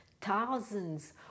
thousands